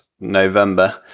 november